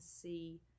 see